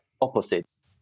opposites